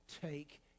take